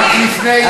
רק לפני שבוע,